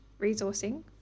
resourcing